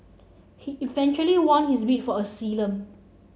he eventually won his bid for asylum